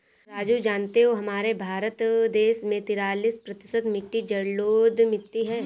राजू जानते हो हमारे भारत देश में तिरालिस प्रतिशत मिट्टी जलोढ़ मिट्टी हैं